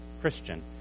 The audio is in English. Christian